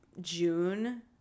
June